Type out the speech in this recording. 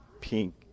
pink